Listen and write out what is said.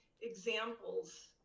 examples